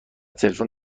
تلفن